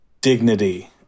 dignity